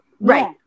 right